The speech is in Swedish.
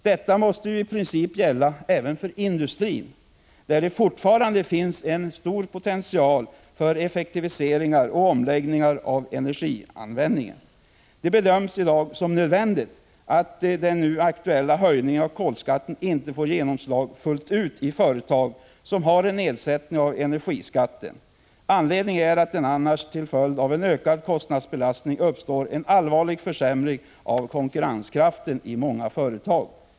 Detta måste ju i princip gälla även industrin, där det fortfarande finns en stor potential för effektiviseringar och omläggningar av energianvändningen. Det bedöms i dag som nödvändigt att den nu aktuella höjningen av kolskatten inte får genomslag fullt ut för företag som har nedsättning av energiskatten. Anledningen är att det annars till följd av en ökad kostnadsbelastning i många företag uppstår en allvarlig försämring av konkurrenskraften.